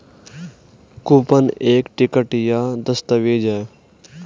coupon एक ticket या दस्तावेज़ है